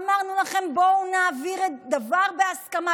אמרנו לכם: בואו נעביר דבר בהסכמה.